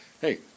hey